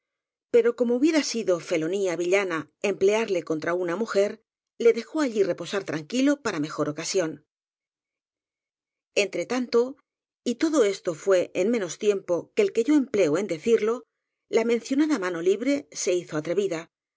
pero como hubiera sido telonía villana emplearle contra una mujer le dejó allí reposar tranquilo para mejor ocasión frntre tanto y todo esto filé en menos tiempoque el que yo empleo en decirlo la mencionada mano libre se hizo atrevida